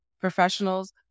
professionals